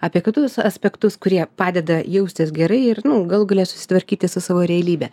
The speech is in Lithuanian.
apie kitus aspektus kurie padeda jaustis gerai ir nu galų gale susitvarkyti su savo realybe